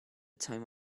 time